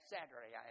Saturday